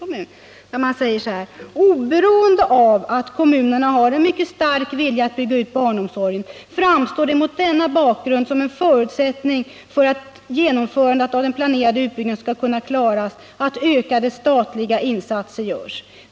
De skriver bl.a. följande: ”Oberoende av att kommunerna har en mycket stark vilja att bygga ut barnomsorgen framstår det mot denna bakgrund som en förutsättning för att genomförandet av den planerade utbyggnaden ska kunna klaras att ökade statliga insatser görs.